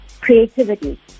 creativity